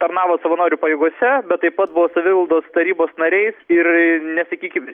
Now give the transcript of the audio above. tarnavo savanorių pajėgose bet taip pat buvo savivaldos tarybos nariais ir ne tik iki